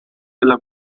della